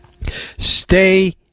Stay